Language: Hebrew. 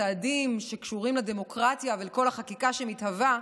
הצעדים שקשורים לדמוקרטיה ולכל החקיקה שמתהווה,